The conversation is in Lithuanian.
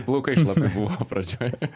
plaukai šlapi buvo pradžioj